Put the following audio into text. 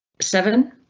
seven.